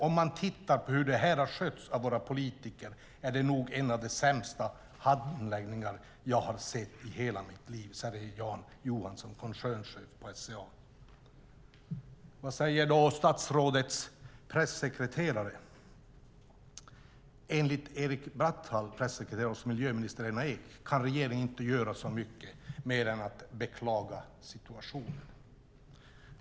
"Om man tittar på hur det här har skötts av våra politiker är det nog en av de sämsta handläggningar jag har sett i hela mitt liv." Vad säger då statsrådets pressekreterare? Enligt Erik Bratthall, pressekreterare hos miljöminister Lena Ek, kan regeringen inte göra mycket mer än att beklaga situationen.